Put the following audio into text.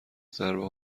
ضربه